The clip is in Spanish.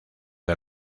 del